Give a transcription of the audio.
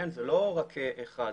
זה לא רק אחד.